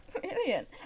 Brilliant